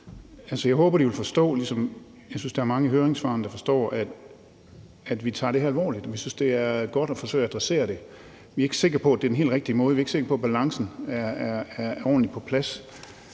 vi synes, det er godt at forsøge at adressere det. Vi er ikke sikre på, det er den helt rigtige måde; vi er ikke sikre på, at balancen er ordentligt på plads.